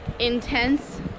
Intense